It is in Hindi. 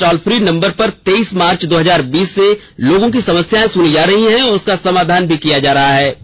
इस टॉल फ्री नम्बर पर तेइस मार्च दो हजार बीस से लोगों की सम्स्यायें सुनी जा रही है एवं उसका समाधान भी किया जा रहा है